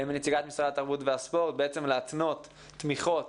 מנציגת משרד התרבות והספורט, בעצם להתנות תמיכות